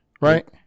Right